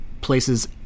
places